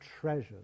treasures